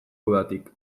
udatik